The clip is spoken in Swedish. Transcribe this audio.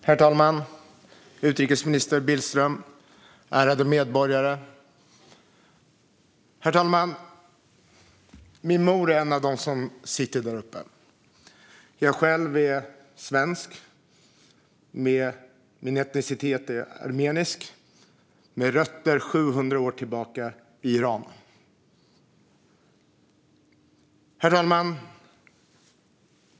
Herr talman, utrikesminister Billström och ärade medborgare! Min mor är en av dem som sitter där uppe på läktaren. Jag själv är svensk. Min etnicitet är armenisk med rötter 700 år tillbaka i Iran.